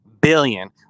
billion